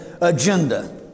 agenda